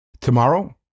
Tomorrow